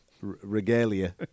regalia